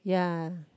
ya